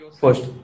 first